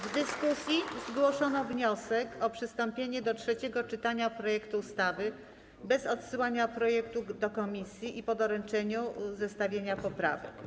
W dyskusji zgłoszono wniosek o przystąpienie do trzeciego czytania projektu ustawy bez odsyłania projektu do komisji i po doręczeniu zestawienia poprawek.